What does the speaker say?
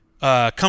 Come